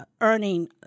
earning